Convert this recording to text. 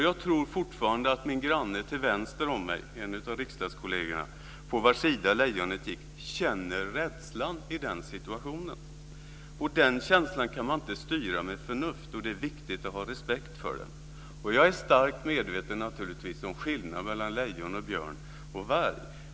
Jag tror att min granne som satt till vänster om mig, en av riksdagskollegerna, på vars sida lejonet gick, fortfarande känner rädslan i den situationen. Den känslan kan man inte styra med förnuft, och det är viktigt att ha respekt för den. Jag är naturligtvis starkt medveten om skillnaden mellan lejon, björn och varg.